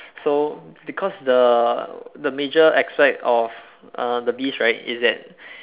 so because the the major aspect of uh the beast right is that